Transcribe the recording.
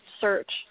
search